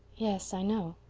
yes, i know,